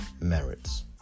Merits